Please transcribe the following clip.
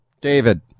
David